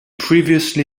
previously